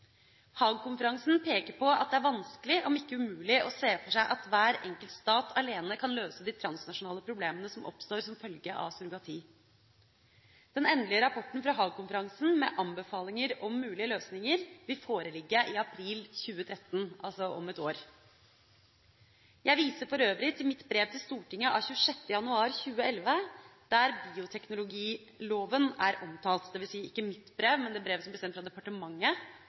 peker på at det er vanskelig, om ikke umulig, å se for seg at hver enkelt stat alene kan løse de transnasjonale problemene som oppstår som følge av surrogati. Den endelige rapporten fra Haag-konferansen, med anbefalinger om mulige løsninger, vil foreligge i april 2013, altså om ett år. Jeg viser for øvrig til det brevet som ble sendt fra departementet 26. januar 2011, der bioteknologiloven er omtalt, jf. Dokument 8:41 S for 2011–2012. Bioteknologiloven er, som